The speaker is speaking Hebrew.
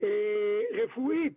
רפואית